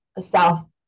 South